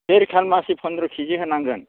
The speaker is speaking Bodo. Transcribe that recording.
फिर खालमासि फनद्र' केजि होनांगोन